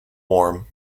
warm